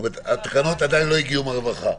התקנות עדיין לא הגיעו מהרווחה.